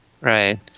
Right